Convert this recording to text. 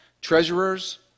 Treasurers